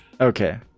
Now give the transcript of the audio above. Okay